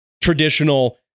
traditional